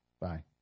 Bye